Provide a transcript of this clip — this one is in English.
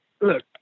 look